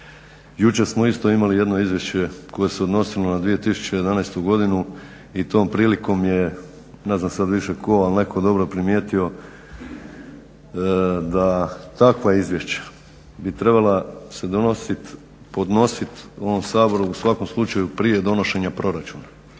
Jučer smo isto imali jedno izvješće koje se odnosilo na 2011. godinu i tom prilikom je ne znam sad više tko al netko dobro primijetio da takva izvješća bi trebala se donosit podnosit u ovom Saboru u svakom slučaju prije donošenja proračuna,